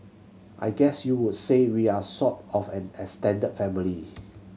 I guess you would say we are sort of an extended family